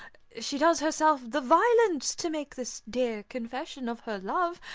she does herself the violence to make this dear confession of her love,